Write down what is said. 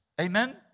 Amen